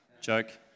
joke